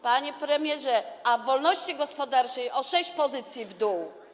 panie premierze, a w wolności gospodarczej o sześć pozycji w dół.